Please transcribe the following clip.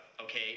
okay